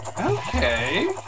okay